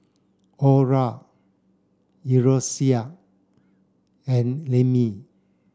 Orra Eloisa and Lemmie